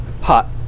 Hot